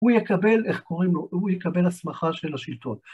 הוא יקבל, איך קוראים לו, הוא יקבל הסמכה של השלטון.